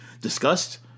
discussed